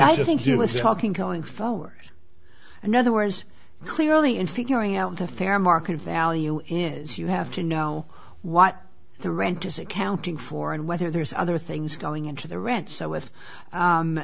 i think he was talking going forward another whereas clearly in figuring out the fair market value is you have to know what the rent is accounting for and whether there's other things going into the rent so with